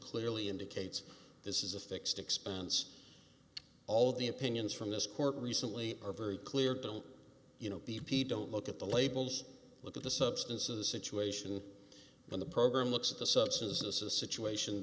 clearly indicates this is a fixed expense all the opinions from this court recently are very clear don't you know b p don't look at the labels look at the substance of the situation but the program looks at the substance this is a situation